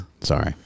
sorry